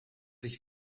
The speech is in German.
ich